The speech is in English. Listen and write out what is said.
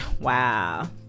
Wow